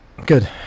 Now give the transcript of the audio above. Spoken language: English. Good